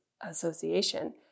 association